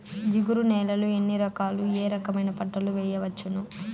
జిగురు నేలలు ఎన్ని రకాలు ఏ రకమైన పంటలు వేయవచ్చును?